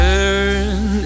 Turn